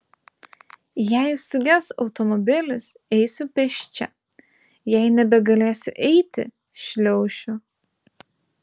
jei suges automobilis eisiu pėsčia jei nebegalėsiu eiti šliaušiu